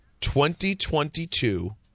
2022